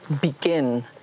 begin